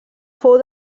fou